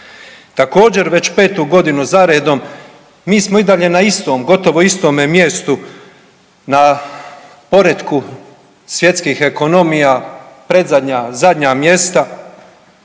Također već 5. godinu za redom, mi smo i dalje na istom, gotovo istome mjestu, na poretku svjetskih ekonomija, predzadnja, zadnja mjesta,